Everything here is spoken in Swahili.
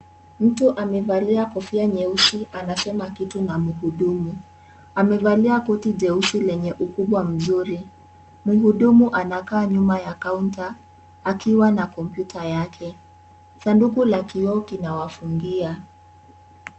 Mtu amevalia kofia nyeusi anasema kitu na mhudumu. Amevalia koti jeusi lenye ukubwa mzuri. Mhudumu anakaa nyuma ya kaunta akiwa na kompyuta yake. Sanduku la kioo kinawafungia.